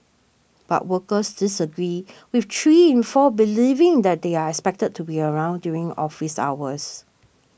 but workers disagreed with three in four believing that they are expected to be around during office hours